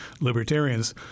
libertarians—